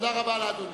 תודה רבה לאדוני.